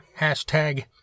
Hashtag